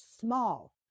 small